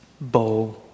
bow